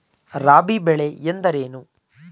ರಾಬಿ ಬೆಳೆ ಎಂದರೇನು?